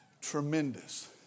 tremendous